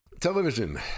Television